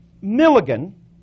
Milligan